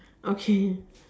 okay